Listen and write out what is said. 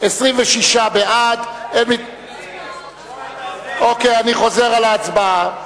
26 בעד, אני חוזר על ההצבעה.